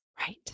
Right